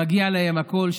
מגיע להם הכול.